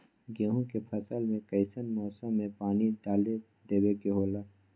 गेहूं के फसल में कइसन मौसम में पानी डालें देबे के होला?